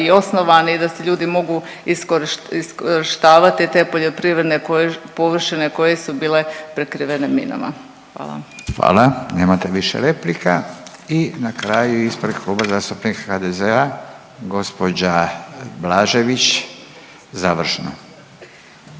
i osnovani, da si ljudi mogu iskorištavati te poljoprivredne površine koje su bile prekrivene minama. Hvala. **Radin, Furio (Nezavisni)** Hvala. Nemate više replika. I na kraju, ispred Kluba zastupnika HDZ-a gđa Blažević, završno.